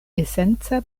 esenca